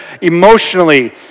emotionally